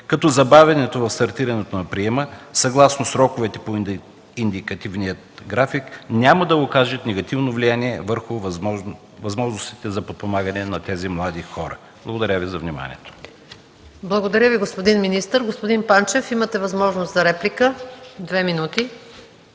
като забавянето в стартирането на приема съгласно сроковете от индикативния график няма да окажат негативно влияния върху възможностите за подпомагането на тези млади хора. Благодаря. ПРЕДСЕДАТЕЛ МАЯ МАНОЛОВА: Благодаря, господин министър. Господин Панчев, имате възможност за реплика – 2 минути.